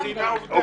היא ציינה עובדה.